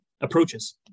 approaches